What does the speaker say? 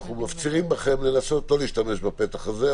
--- אנחנו מפצירים בכם לנסות לא להשתמש בפתח הזה,